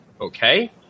Okay